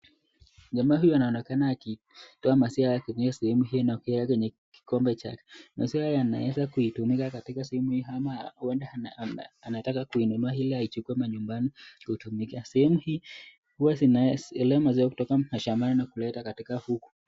Jamaa huyu anaonekana akitoa maziwa kwenye sehemu hii akiweka kwenye kikombe chake. Maziwa haya yanaweza kutumika kwenye sehemu hii ama huenda anataka kuinunua ili aichukue manyumbani kutumika. Sehemu hii huwa zinatolea maziwa kutoka mashambani kuleta katika huku.